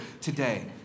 today